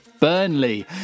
Burnley